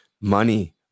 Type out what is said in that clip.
Money